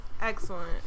excellent